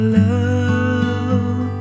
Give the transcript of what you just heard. love